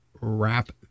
wrap